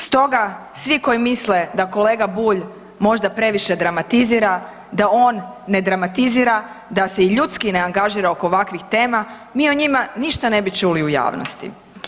Stoga svi koji misle da kolega Bulj možda previše dramatizira, da on ne dramatizira, da se i ljudski ne angažira oko ovakvih tema mi o njima ništa ne bi čuli u javnosti.